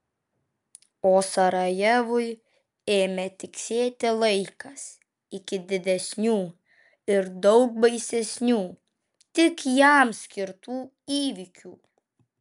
o sarajevui ėmė tiksėti laikas iki didesnių ir daug baisesnių tik jam skirtų įvykių